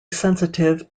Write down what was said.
sensitive